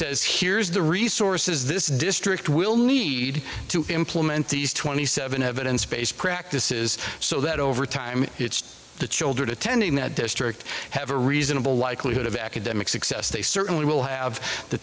says here is the resources this district will need to implement these twenty seven evidence based practice is so that over time it's the children attending that district have a reasonable likelihood of academic success they certainly will have the